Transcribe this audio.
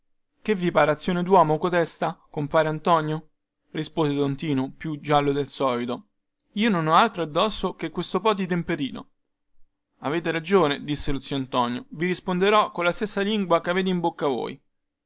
che vi pare azione duomo cotesta compare antonio rispose don tinu più giallo del solito io non ho altro addosso che questo po di temperino avete ragione disse lo zio antonio vi risponderò colla stessa lingua che avete in bocca voi